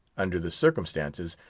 under the circumstances,